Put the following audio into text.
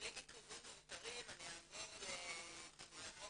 בלי עיכובים מיותרים אני אעבור למבקשי